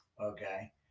Okay